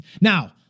Now